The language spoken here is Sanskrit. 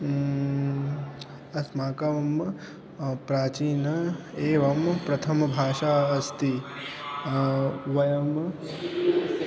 अस्माकं प्राचीना एवं प्रथमभाषा अस्ति वयम्